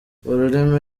ururimi